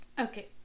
okay